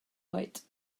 oed